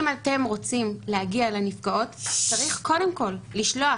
אם אתם רוצים להגיע לנפגעות, צריך, קודם כל, לשלוח